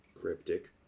Cryptic